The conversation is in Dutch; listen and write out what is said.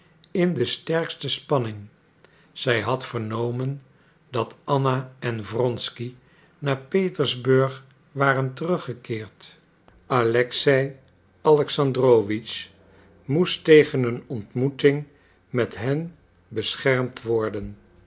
in de sterkste spanning zij had vernomen dat anna en wronsky naar petersburg waren teruggekeerd alexei alexandrowitsch moest tegen een ontmoeting met hen beschermd worden